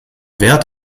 wert